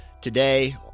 Today